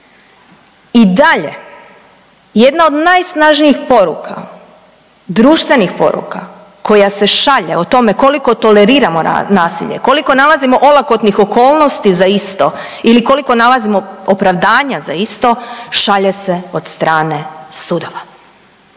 i dalje jedna od najsnažnijih poruka, društvenih poruka koja se šalje o tome koliko toleriramo nasilje, koliko nalazimo olakotnih okolnosti za isto ili koliko nalazimo opravdanja za isto šalje se od strane sudova.